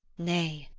nay,